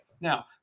Now